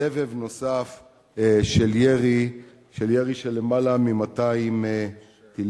סבב נוסף של ירי של למעלה מ-200 טילים,